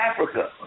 Africa